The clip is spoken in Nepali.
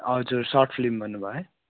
हजुर सर्ट फिल्म भन्नु भयो है